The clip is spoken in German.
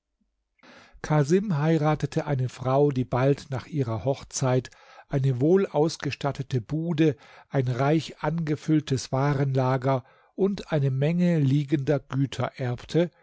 casim heiratete eine frau die bald nach ihrer hochzeit eine wohlausgestattete bude ein reich angefülltes warenlager und eine menge liegender güter erbte